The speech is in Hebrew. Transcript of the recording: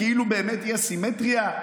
כאילו באמת יש סימטריה,